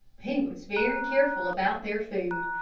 he was very careful about their food.